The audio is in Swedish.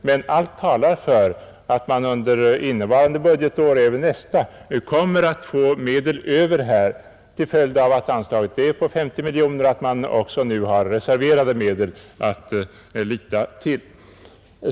Men allt talar för att man under innevarande budgetår och även under nästa kommer att få medel över här till följd av att anslaget är på 50 miljoner och att man också nu har reserverade medel att lita till.